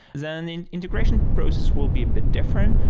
then the integration process will be a bit different.